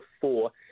four